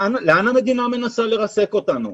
לאן המדינה מנסה לרסק אותנו?